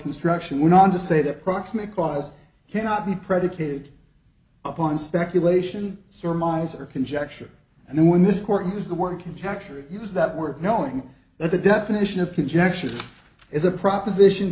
construction went on to say that proximate cause cannot be predicated upon speculation surmise or conjecture and then when this court used the word conjecture it use that word knowing that the definition of conjectures is a proposition